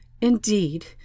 Indeed